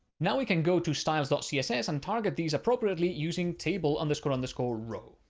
now we can go to styles ah css and target these appropriately using table underscore underscore row.